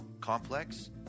complex